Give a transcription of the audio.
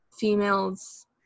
females